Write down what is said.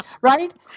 Right